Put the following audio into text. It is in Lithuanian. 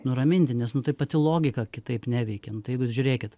nuraminti nes nu tai pati logika kitaip neveikia nu tai jeigu jūs žiūrėkit